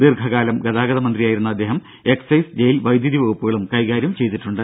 ദീർഘകാലം ഗതാഗത മന്ത്രിയായിരുന്ന അദ്ദേഹം എക്സൈസ് ജയിൽ വൈദ്യുതി വകുപ്പുകളും കൈകാര്യം ചെയ്തിട്ടുണ്ട്